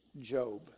Job